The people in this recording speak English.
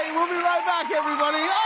we'll be right back everybody!